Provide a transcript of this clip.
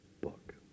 book